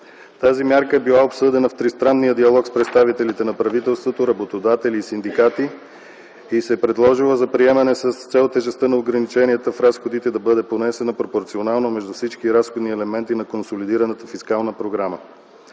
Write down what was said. Тази мярка е била обсъдена в тристранния диалог с представителите на правителството, работодатели и синдикати и се е предложила за приемане с цел тежестта на ограниченията в разходите да бъде понесена пропорционално между всички разходни елементи на консолидираната фискална програма.